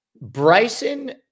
Bryson